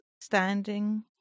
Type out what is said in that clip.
standing